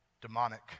demonic